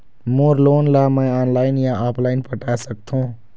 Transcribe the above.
मोर loan ला मैं online या ऑफलाइन पटाए सकथों?